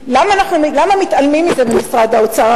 למה מתעלמים מזה במשרד האוצר?